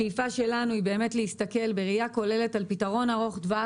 השאיפה שלנו היא להסתכל בראייה כוללת על פתרון אחרון טווח,